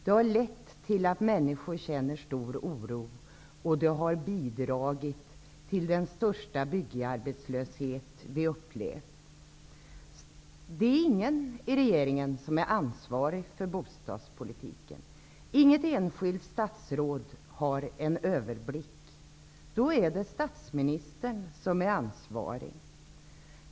Det har lett till att människor känner stor oro, och det har bidragit till den största byggarbetslöshet som vi har upplevt. Det är ingen i regeringen som är ansvarig för bostadspolitiken. Inget enskilt statsråd har en överblick. Då är det statsministern som är ansvarig.